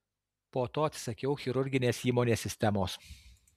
po to atsisakiau chirurginės įmonės sistemos